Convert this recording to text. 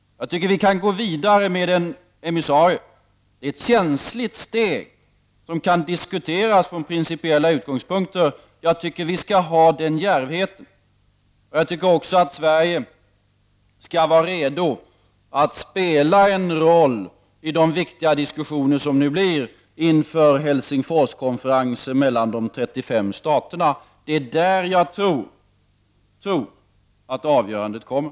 Jag tycker att vi kan gå vidare med en emissarie. Det är ett känsligt steg, som kan diskuteras från principiella utgångspunkter. Jag tycker att vi skall ha den djärvheten, och jag tycker också att Sverige skall vara redo att spela en roll i de viktiga diskussioner som nu kommer att föras inför Helsingforskonferensen mellan de 35 staterna. Det är där som jag tror att avgörandet kommer.